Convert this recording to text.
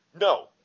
No